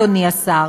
אדוני השר,